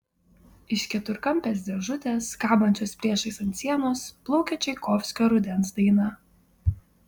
iš keturkampės dėžutės kabančios priešais ant sienos plaukė čaikovskio rudens daina